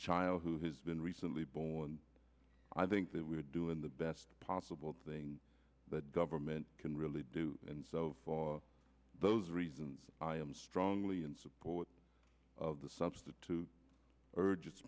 child who has been recently ball and i think that we are doing the best possible thing that government can really do and so for those reasons i am strongly in support of the substitute urges